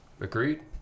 Agreed